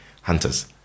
hunters